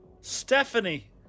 Stephanie